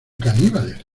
caníbales